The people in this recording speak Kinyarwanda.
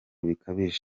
bikabije